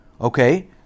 Okay